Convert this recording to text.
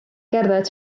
gerdded